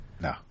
No